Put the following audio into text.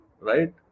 right